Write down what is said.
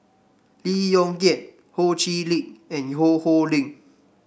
Lee Yong Kiat Ho Chee Lick and Ho Ho Ying